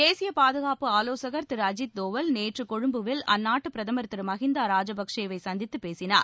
தேசிய பாதுகாப்பு ஆலோசகர் திரு அஜித் தோவல் நேற்று கொழும்பில் அந்நாட்டு பிரதமர் திரு மஹிந்த ராஜபக்சே வை சந்தித்துப் பேசினார்